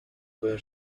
where